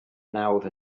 nawdd